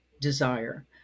desire